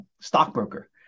stockbroker